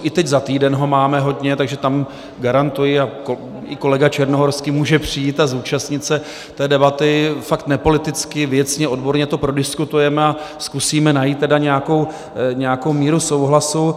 I teď za týden ho máme hodně, takže tam garantuji, a i kolega Černohorský může přijít a zúčastnit se té debaty, fakt to nepoliticky, věcně, odborně, prodiskutujeme a zkusíme najít nějakou míru souhlasu.